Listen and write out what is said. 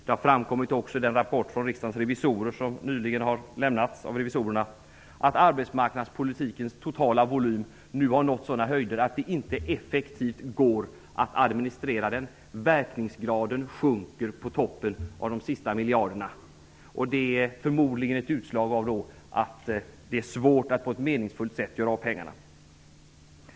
Det har framkommit i debatten, det sägs klart från de myndigheter som jobbar med arbetsmarknadspolitiken och det har även framkommit i den rapport från riksdagens revisorer som nyligen har lämnats av revisorerna. Verkningsgraden sjunker på toppen med de sista miljarderna. Det är förmodligen ett utslag av att det är svårt att på ett meningsfullt sätt göra av med pengarna.